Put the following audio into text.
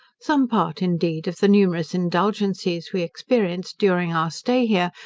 some part, indeed, of the numerous indulgencies we experienced during our stay here,